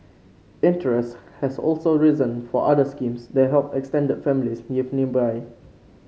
interest has also risen for other schemes that help extended families live nearby